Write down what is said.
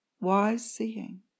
wise-seeing